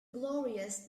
glorious